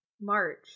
March